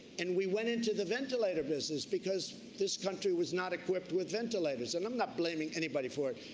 and we went into the ventilator business because this country was not equipped with ventilators. and i'm not blaming anybody for it.